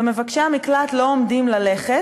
ומבקשי המקלט לא עומדים ללכת,